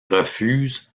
refuse